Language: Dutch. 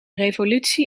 revolutie